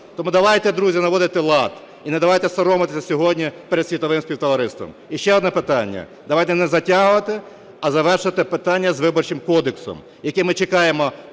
Тому давайте, друзі, наводити лад і давайте не соромитися сьогодні перед світовим співтовариством. І ще одне питання: давайте не затягувати, а завершувати питання з Виборчим кодексом, яке ми чекаємо